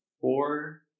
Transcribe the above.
four